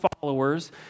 followers